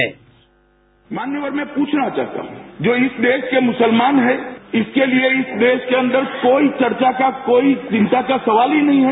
sound bite मान्यवर मैं पूछना चाहता हूं जो इस देश के मुसलमान हैं इसके लिए इस देश के अंदर कोई चर्चा का कोई चिंता का सवाल ही नहीं है